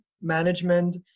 management